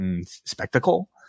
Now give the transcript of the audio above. spectacle